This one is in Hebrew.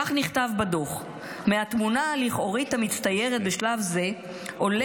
כך נכתב בדוח: "מהתמונה הלכאורית המצטיירת בשלב זה עולה